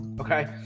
Okay